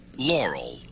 Laurel